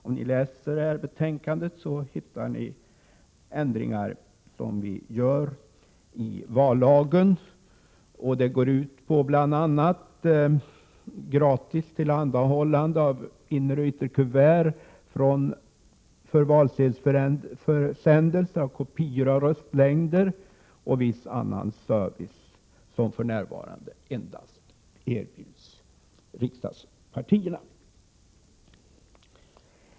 Om ni läser betänkandet så hittar ni de ändringar som vi föreslår i vallagen. De går bl.a. ut på gratis tillhandahållande av inneroch ytterkuvert för valsedelsförsändelser, kopior av röstlängder och viss annan service, som för närvarande erbjuds endast riksdagspartierna.